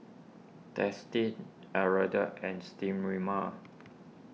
Dentiste Hirudoid and Sterimar